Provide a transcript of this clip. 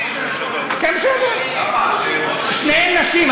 שתיהן נשים.